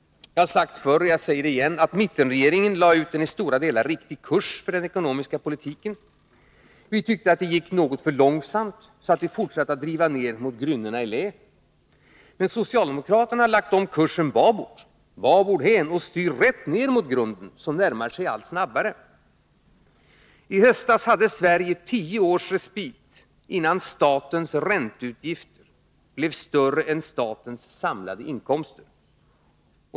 Jag har sagt förr — och jag säger det igen — att mittenregeringen lade ut en i stora delar riktig kurs för den ekonomiska politiken. Vi tyckte att det gick något för långsamt, så att vi fortsatte att driva ner mot grynnorna i lä. Men socialdemokraterna har lagt om kursen babord hän och styr rätt ner mot grunden, som närmar sig allt snabbare. I höstas hade Sverige tio års respit innan statens ränteutgifter blev större än statens samlade inkomster.